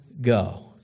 go